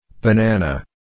Banana